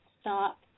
stop